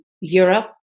Europe